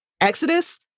Exodus